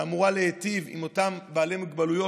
שאמורה להיטיב עם אותם בעלי מוגבלויות